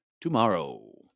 tomorrow